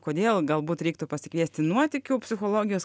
kodėl galbūt reiktų pasikviesti nuotykių psichologijos